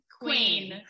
Queen